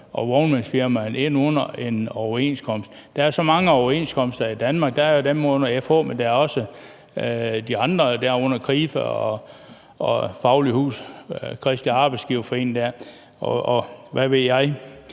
og vognmandsfirmaerne ind under en overenskomst. Der er så mange overenskomster i Danmark. Der er jo dem under 3F, men der er også de andre. De er under Krifa, Det Faglige Hus, Kristelig Arbejdsgiverforening, og hvad ved jeg.